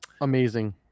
Amazing